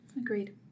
Agreed